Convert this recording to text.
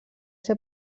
ser